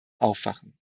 aufwachen